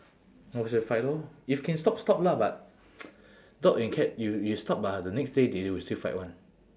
watch them fight lor if can stop stop lah but dog and cat you you stop ah the next day they will still fight [one]